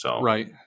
Right